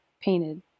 painted